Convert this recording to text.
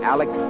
Alex